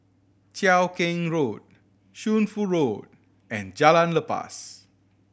Cheow Keng Road Shunfu Road and Jalan Lepas